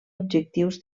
objectius